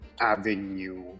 avenue